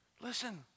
Listen